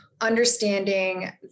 understanding